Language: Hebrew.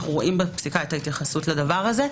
אנו רואים בפסיקה את ההתייחסות לזה.